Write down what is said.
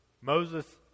Moses